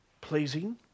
pleasing